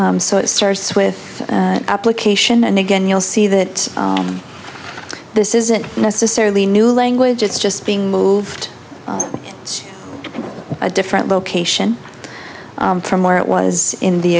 so it starts with application and again you'll see that this isn't necessarily new language it's just being moved it's a different location from where it was in the